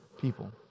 people